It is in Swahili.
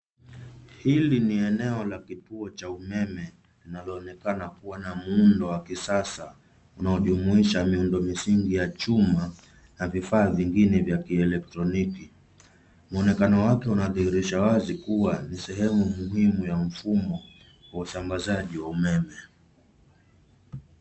Hili ni eneo la kituo cha umeme, linaloonekana kuwa na muundo wa kisasa, unaojumuisha miundo misingi ya chuma, na vifaa vingine vya kielektroniki. Muonekano wake unadhihirisha wazi kuwa ni sehemu muhimu ya mfumo, kwa usambazaji wa umeme.